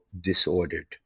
disordered